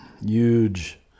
huge